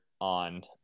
on